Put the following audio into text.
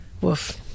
woof